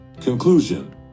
Conclusion